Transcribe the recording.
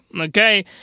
okay